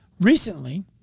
recently